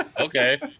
Okay